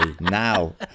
now